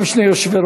גם שני יושבי-ראש,